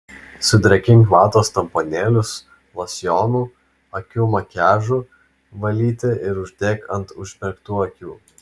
sudrėkink vatos tamponėlius losjonu akių makiažui valyti ir uždėk ant užmerktų akių